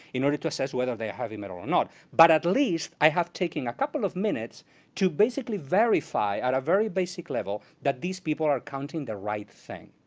in order to assess whether they are heavy metal or not. but at least i have taken a couple of minutes to basically verify, at a very basic level, that these people are counting the right thing.